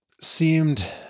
seemed